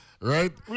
right